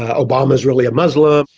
ah obama's really a muslim.